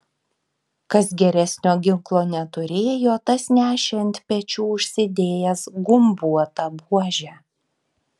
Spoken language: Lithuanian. kas geresnio ginklo neturėjo tas nešė ant pečių užsidėjęs gumbuotą buožę